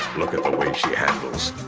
look at the way she handles.